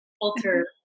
alter